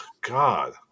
God